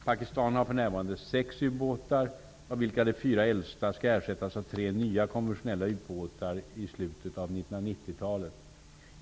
Pakistan har för närvarande sex ubåtar, av vilka de fyra äldsta skall ersättas av tre nya konventionella ubåtar i slutet av 1990-talet.